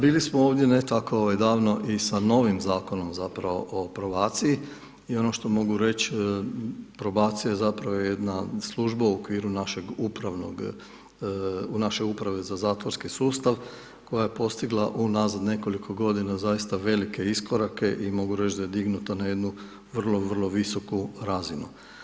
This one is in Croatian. Bili smo ovdje ne tako davno i sa novim zakonom zapravo o probaciji i ono što mogu reći, probacija je zapravo jedna služba u okviru našeg upravnog, u našoj Upravi za zatvorski sustav koja je postigla unatrag nekoliko godina zaista velike iskorake i mogu reći da je dignuta na jednu vrlo, vrlo visoku razinu.